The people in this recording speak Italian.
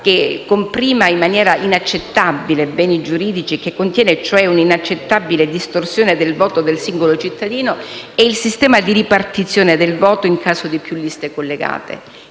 comprima in modo inaccettabile beni giuridici, cioè che contiene un'inaccettabile distorsione del voto del singolo cittadino, è il sistema di ripartizione del voto nel caso di più liste collegate.